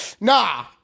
nah